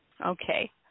Okay